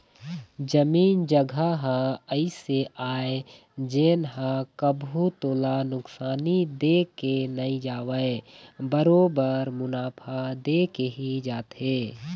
जमीन जघा ह अइसे आय जेन ह कभू तोला नुकसानी दे के नई जावय बरोबर मुनाफा देके ही जाथे